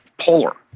polar